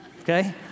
okay